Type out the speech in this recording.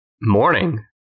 Morning